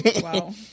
Wow